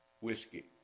whiskey